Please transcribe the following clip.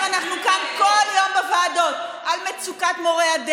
כל החיים שלך, אתה יודע איך אני יודעת?